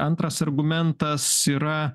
antras argumentas yra